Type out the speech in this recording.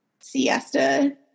siesta